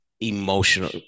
emotional